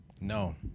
No